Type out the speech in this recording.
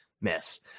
miss